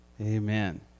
Amen